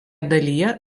dalyje